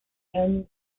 miami